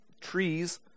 Trees